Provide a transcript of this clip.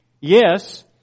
Yes